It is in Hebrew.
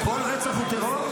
כל רצח הוא טרור?